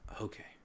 Okay